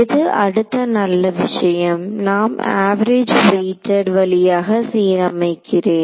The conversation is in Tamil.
எது அடுத்த நல்ல விஷயம் நான் அவரேஜ் வெயிட்டட் வழியாக சீரமைகிறேன்